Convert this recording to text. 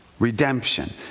Redemption